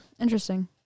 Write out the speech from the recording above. Interesting